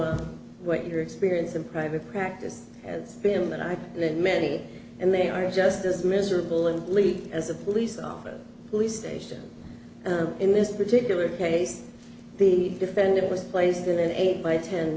what your experience in private practice has been that i've been in many and they are just as miserable and bleak as a police officer police station in this particular case the defendant was placed in an eight by ten